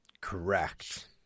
Correct